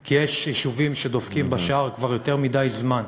כי יש יישובים שדופקים בשער כבר יותר מדי זמן,